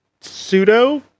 pseudo